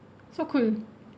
so cool